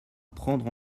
prendre